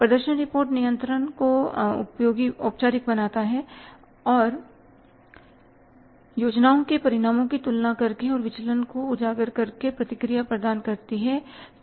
प्रदर्शन रिपोर्ट नियंत्रण को औपचारिक बनाती है और योजनाओं के परिणामों की तुलना करके और विचलन को उजागर करके प्रतिक्रिया प्रदान करती है